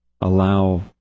allow